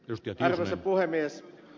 arvoisa puhemies